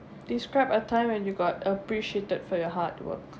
describe a time when you got appreciated for your hard work